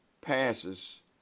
passes